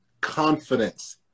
confidence